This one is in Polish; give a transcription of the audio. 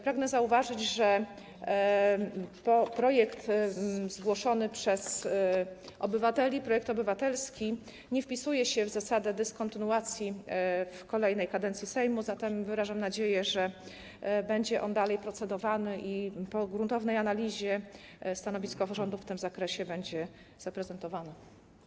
Pragnę zauważyć, że projekt zgłoszony przez obywateli, projekt obywatelski nie wpisuje się w te objęte zasadą dyskontynuacji w kolejnej kadencji Sejmu, zatem wyrażam nadzieję, że będzie on dalej podlegać procedowaniu i po gruntownej analizie stanowisko rządu w tym zakresie będzie zaprezentowane.